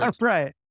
right